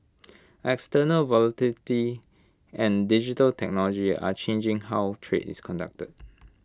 external volatility and digital technology are changing how trade is conducted